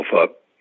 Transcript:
up